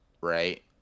right